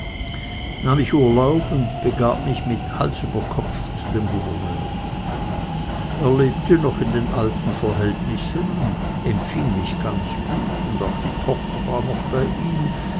nahm ich urlaub und begab mich hals über kopf zu dem gouverneur er lebte noch in den alten verhältnissen und empfing mich ganz gut und auch die tochter war noch bei ihm